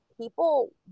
people